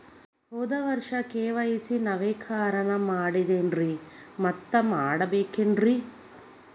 ಹೋದ ವರ್ಷ ಕೆ.ವೈ.ಸಿ ನವೇಕರಣ ಮಾಡೇನ್ರಿ ಮತ್ತ ಮಾಡ್ಬೇಕೇನ್ರಿ?